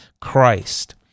Christ